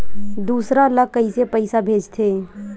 दूसरा ला कइसे पईसा भेजथे?